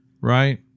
Right